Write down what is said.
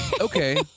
Okay